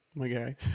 Okay